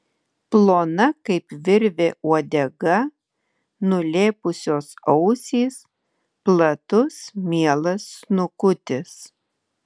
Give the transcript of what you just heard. plona kaip virvė uodega nulėpusios ausys platus mielas snukutis